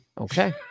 Okay